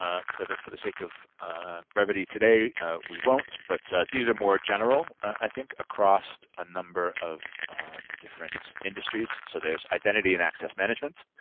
um for the for the sake of brevity today we won't, but these are more general, i think, across a number of different industries. so there's identity and access management.